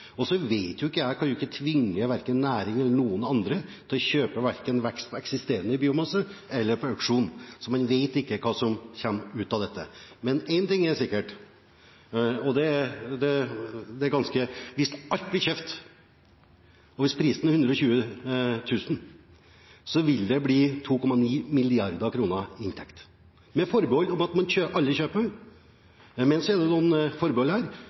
og så kan jeg ikke tvinge verken næringen eller noen andre til å kjøpe vekst på eksisterende biomasse eller på auksjon, så man vet ikke hva som kommer ut av dette. Men én ting er sikkert, og det er at hvis alt blir kjøpt, og hvis prisen er 120 000 kr, vil det bli 2,9 mrd. kr i inntekt – med forbehold om at alle kjøper. Men det er noen forbehold her.